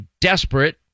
desperate